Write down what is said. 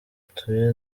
ituye